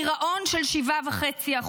"גירעון של 7.5%"?